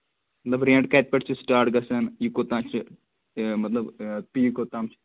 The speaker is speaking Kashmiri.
مطلب ریٹ کَتہِ پٮ۪ٹھ چھِ سِٹارٹ گژھان یہِ کوٚت تانۍ چھِ مطلب پے کوٚت تانۍ چھِ